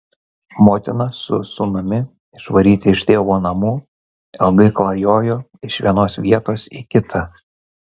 motina su sūnumi išvaryti iš tėvo namų ilgai klajojo iš vienos vietos į kitą